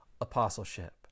apostleship